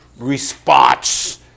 response